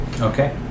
Okay